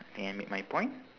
think I made my point